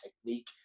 technique